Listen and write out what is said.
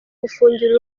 gufungura